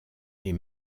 est